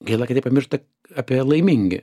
gaila kad jie pamiršta apie laimingi